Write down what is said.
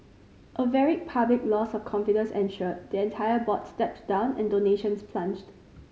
a very public loss of confidence ensued the entire board stepped down and donations plunged